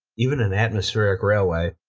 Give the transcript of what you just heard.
even an atmospheric railway,